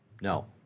No